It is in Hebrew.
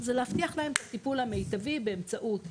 זה להבטיח להם את הטיפול במיטבי באמצעות מטפל,